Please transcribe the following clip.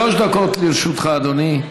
שלוש דקות לרשותך, אדוני.